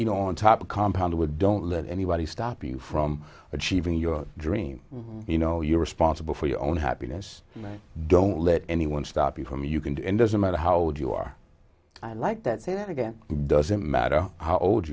you know on top of compound with don't let anybody stop you from achieving your dream you know you're responsible for your own happiness and don't let anyone stop you from you can do it doesn't matter how old you are i like that say that again doesn't matter how old